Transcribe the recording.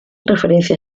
referencia